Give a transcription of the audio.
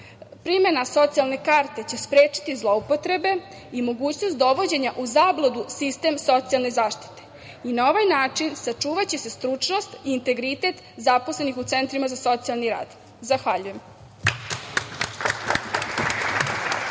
Primena socijalne karte će sprečiti zloupotrebe i mogućnost dovođenja u zabludu sistem socijalne zaštite. Na ovaj način sačuvaće se stručnost i integritet zaposlenih u centrima za socijalni rad. Zahvaljujem.